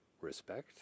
respect